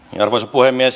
arvoisa puhemies